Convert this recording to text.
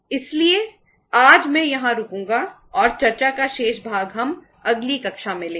इसलिए आज मैं यहां रुकूंगा और चर्चा का शेष भाग हम अगली कक्षा में लेंगे